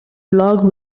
blog